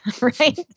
right